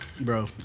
Bro